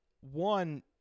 one